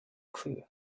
clue